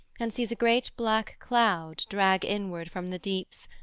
and sees a great black cloud drag inward from the deeps,